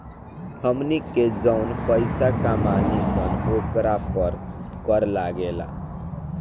हमनी के जौन पइसा कमानी सन ओकरा पर कर लागेला